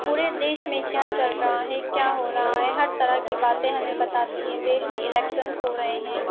پورے دیش میں کیا چل رہا ہے کیا ہو رہا ہے ہر طرح کی باتیں ہمیں بتاتی ہے دیش میں الیکشنس ہو رہے ہیں